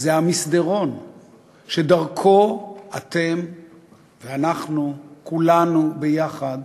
זה המסדרון שדרכו אתם ואנחנו, כולנו ביחד,